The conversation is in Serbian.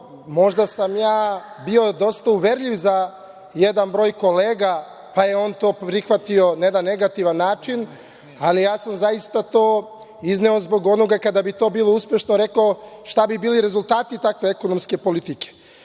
Možda sam ja bio dosta uverljiv za jedan broj kolega, pa je on to prihvatio na jedan negativan način, ali ja sam zaista to izneo zbog onoga kada bi to bilo uspešno, rekao šta bi bili rezultati takve ekonomske politike. Ali,